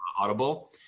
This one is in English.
audible